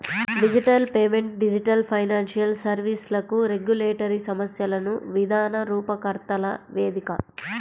digital payment digital financial సర్వీస్లకు regulatory సమస్యలను విధాన రూపకర్తల వేదిక